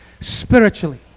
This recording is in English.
spiritually